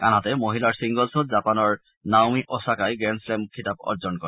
আনহাতে মহিলাৰ ছিংগলছত জাপনৰ নাওমি অছাকাই গ্ৰেণ্ড শ্লেম খিতাপ অৰ্জন কৰে